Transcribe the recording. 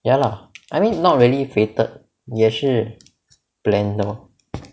ya lah I mean not really created 也是 planned 的